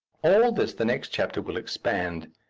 all this the next chapter will expand.